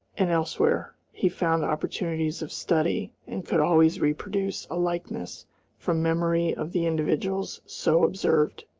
and elsewhere, he found opportunities of study, and could always reproduce a likeness from memory of the individuals so observed.